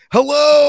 Hello